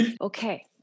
Okay